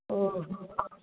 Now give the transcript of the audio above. ଓହୋ